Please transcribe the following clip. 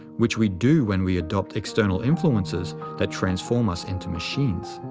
which we do when we adopt external influences that transform us into machines.